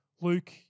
Luke